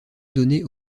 donnée